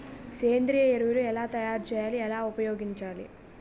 సేంద్రీయ ఎరువులు ఎలా తయారు చేయాలి? ఎలా ఉపయోగించాలీ?